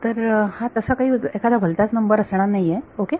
तर हा तसा काही एखादा भलताच नंबर असणार नाही ओके